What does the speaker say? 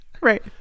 Right